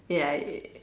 ya